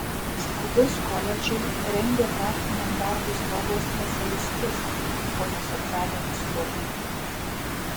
slaugos koledžai rengia praktiniam darbui slaugos specialistus o ne socialinius slaugytojus